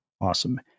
Awesome